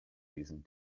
using